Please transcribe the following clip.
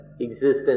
existence